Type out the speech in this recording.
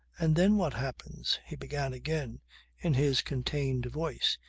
and then what happens? he began again in his contained voice.